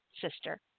sister